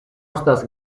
estas